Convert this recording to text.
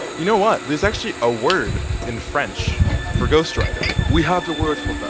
you know what? there's actually a word in french for ghostwriter we have a word for that.